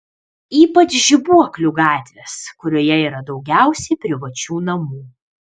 ypač žibuoklių gatvės kurioje yra daugiausiai privačių namų